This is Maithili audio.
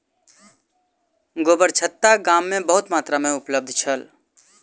गोबरछत्ता गाम में बहुत मात्रा में उपलब्ध छल